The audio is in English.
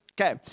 Okay